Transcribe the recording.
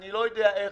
אני לא יודע איך,